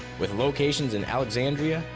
with locations in alexandria,